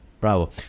Bravo